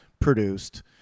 Produced